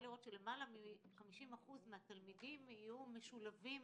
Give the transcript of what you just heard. לראות שיותר מ-50% מן התלמידים יהיו משולבים